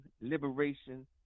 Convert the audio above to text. liberation